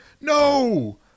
no